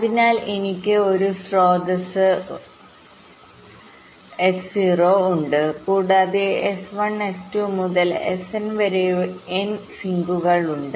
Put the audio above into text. അതിനാൽ എനിക്ക് ഒരു സ്രോതസ്സ്⅞ S0 ഉണ്ട് കൂടാതെ S1 S2 മുതൽ Sn വരെ n സിങ്കുകൾ ഉണ്ട്